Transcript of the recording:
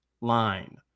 line